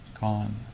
gone